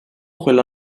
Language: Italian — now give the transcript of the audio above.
quella